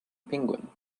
penguin